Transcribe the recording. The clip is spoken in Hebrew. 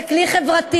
זה כלי חברתי.